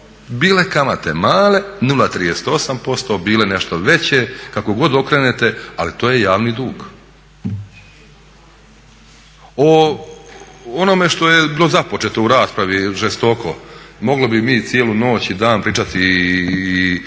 Bile kamate male 0,38%, bile nešto veće kako god okrenete ali to je javni dug. O onome što je bilo započeto u raspravi žestoko mogli bi mi cijelu noć i dan pričati o